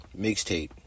mixtape